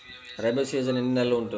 Rabi season ఎన్ని నెలలు ఉంటుంది?